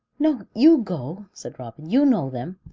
no, you go, said robin. you know them.